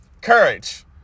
Courage